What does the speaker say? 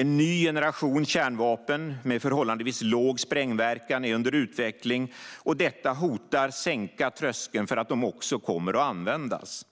En ny generation kärnvapen med förhållandevis låg sprängverkan är under utveckling, och detta hotar att sänka tröskeln för att de också kommer att användas.